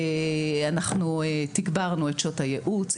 אנחנו תגברנו את שעות הייעוץ,